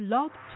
Love